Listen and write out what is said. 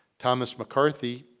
thomas mccarthy,